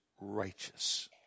righteous